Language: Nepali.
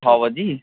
छ बजी